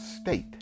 state